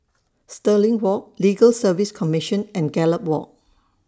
Stirling Walk Legal Service Commission and Gallop Walk